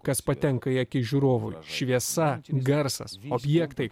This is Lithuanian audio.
kas patenka į akis žiūrovui šviesa garsas objektai